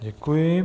Děkuji.